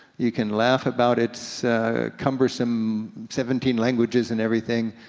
you can laugh about its cumbersome seventeen languages and everything,